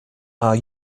are